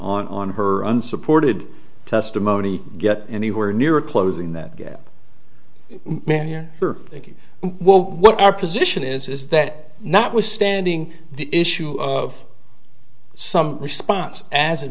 on her unsupported testimony get anywhere near a closing that gap yeah well what our position is is that notwithstanding the issue of some response as it